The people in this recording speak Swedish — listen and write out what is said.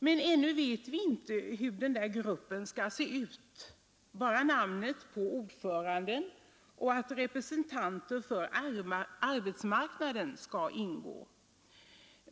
Men ännu vet vi inte hur denna grupp skall se ut, vi vet bara namnet på ordföranden och att representanter för arbetsmarknaden skall ingå.